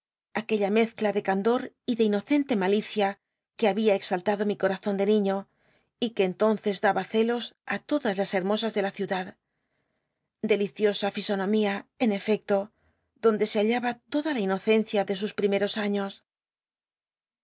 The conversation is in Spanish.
aquella mezcla de candor y de inocente malicia que babia exaltado mi corazon de niiío y que entonces daba celos i todas las hermosas de la ciudad deliciosa fisonomía en efecto donde se hallaba toda la inocencia de sus pl'imeros aiíos